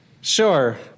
Sure